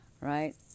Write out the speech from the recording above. right